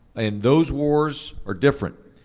and those wars are different.